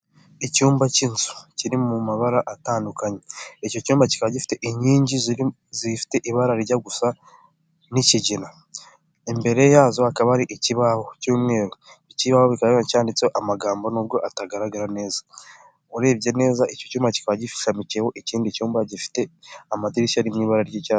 Icyumba cy'inzu kiri mu mabara atandukanye, icyo cyumba kikaba gifite inkingi zifite ibara rijya gusa n'ikigina, imbere yazo hakaba hari ikibaho cy'umweru ikibaho cyika cyanditseho amagambo n'ubwo atagaragara neza, urebye neza icyo cyumba kikaba gishamikiyeho ikindi cyumba gifite amadirishya ari mu iba ry'icyatsi.